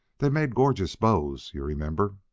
they made gorgeous bows, you remember.